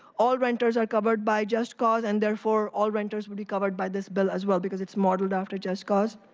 all renters are covered by just cause, and therefore all renters would be covered by this bill, as well because it's modeled after just cause.